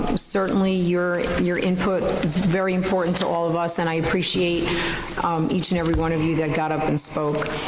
certainly your your input is very important to all of us and i appreciate each and every one of you that got up and spoke.